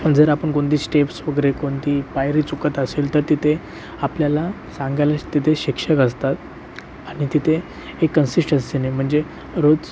जर आपण कोणती स्टेप्स वगैरे कोणती पायरी चुकत असेल तर तिथे आपल्याला सांगायला तिथे शिक्षक असतात आणि तिथे एक कंसिश्टंसीने म्हणजे रोज